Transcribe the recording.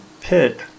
pit